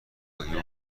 کاگب